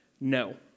no